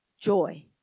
Joy